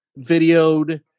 videoed